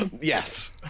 Yes